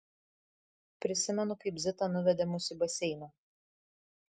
prisimenu kaip zita nuvedė mus į baseiną